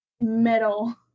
metal